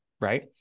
right